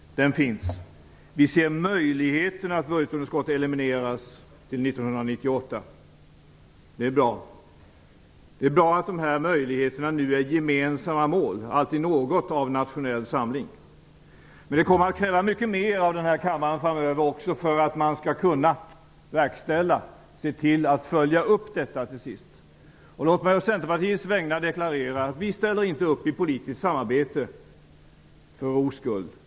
Vi ser möjligheten att budgetunderskottet elimineras till 1998, och det är bra. Det är bra att de här möjligheterna nu är gemensamma mål; det är alltid något av nationell samling. Men det kommer att kräva mycket mer av denna kammare också framöver för att man skall kunna verkställa och se till att detta följs upp till sist. Låt mig å Centerpartiets vägnar deklarera att vi inte ställer upp i politiskt samarbete för ro skull.